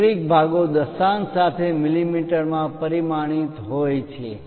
metric ભાગો દશાંશ સાથે મીમીમાં પરિમાણિત હોય છે